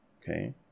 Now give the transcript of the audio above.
Okay